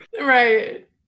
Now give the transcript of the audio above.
Right